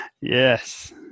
Yes